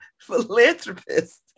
philanthropist